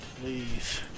please